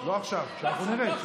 לא עכשיו, כשאנחנו נרד.